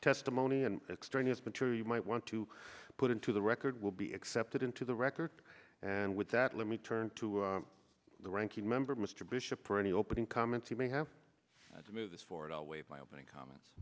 testimony and extraneous material you might want to put into the record will be accepted into the record and with that let me turn to the ranking member mr bishop for any opening comments he may have to move this forward always my opening comments